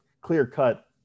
clear-cut